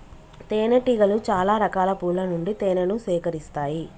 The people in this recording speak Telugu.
తేనె టీగలు చాల రకాల పూల నుండి తేనెను సేకరిస్తాయి